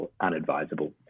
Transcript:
unadvisable